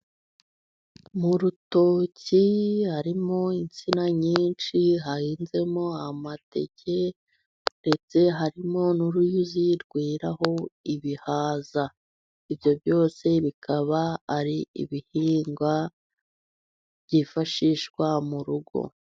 Mu rutoki harimo insina nyinshi, hahinzemo amateke, ndetse harimo n'uruyuzi rweraho ibihaza. Ibyo byose bikaba ari ibihingwa byifashishwa mu rugo.